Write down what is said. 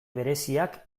bereziak